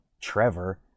Trevor